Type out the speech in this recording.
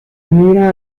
mira